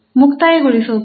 ಮುಕ್ತಾಯಗೊಳಿಸೋಕೆ